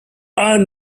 ann